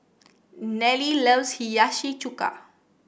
Nelle loves Hiyashi Chuka